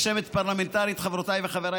אפס נמנעים.